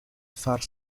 far